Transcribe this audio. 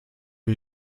wie